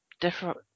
different